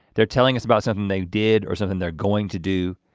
they're telling us about something they did or something they're going to do.